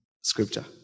Scripture